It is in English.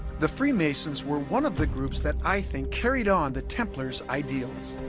the freemasons were one of the groups that i think carried on the templars ideals